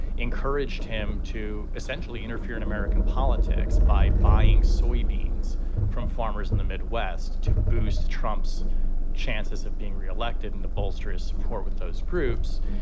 encouraged him to essentially interfere in american politics by buying soybeans from farmers in the midwest to boost trump's chances of being reelected and to bolster his support with those groups.